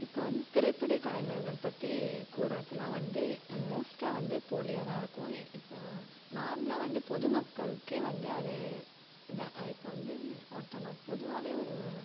இப்போ வந்து திரைப்பட கலைஞர்கள் பற்றி கூறத்துலா வந்து மோஸ்ட்டாக வந்து போலியாக தான் இருக்கும் இப்போது நார்மலாக வந்து பொதுமக்களுக்கே வந்து அது இந்த இப்போ வந்து ஒருத்தவங்க பொதுவாவே ஒரு